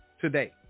today